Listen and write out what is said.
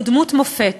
הוא דמות מופת.